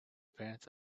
parents